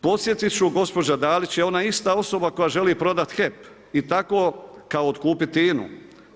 Podsjetit ću gospođa Dalić je ona ista osoba koja želi prodati HEP i kao tako otkupiti INA-u.